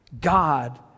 God